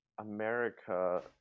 America